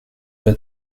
pas